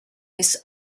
this